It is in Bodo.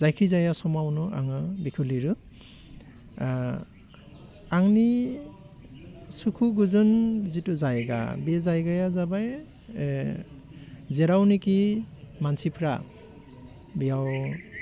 जायखि जाया समावनो आङो बिखौ लिरो आंनि सुखु गोजोन जितु जायगा बे जायगााया जाबाय जेरावनाखि मानसिफ्रा बेयाव